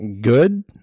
good